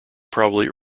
probably